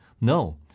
No